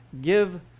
Give